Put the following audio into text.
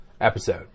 Episode